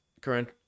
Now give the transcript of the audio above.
current